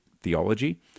theology